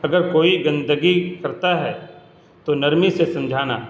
اگر کوئی گندگی کرتا ہے تو نرمی سے سمجھانا